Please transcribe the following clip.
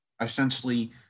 essentially